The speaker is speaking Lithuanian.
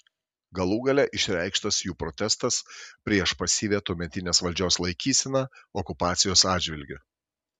galų gale išreikštas jų protestas prieš pasyvią tuometinės valdžios laikyseną okupacijos atžvilgiu